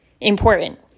important